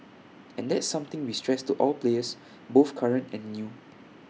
and that's something we stress to all players both current and new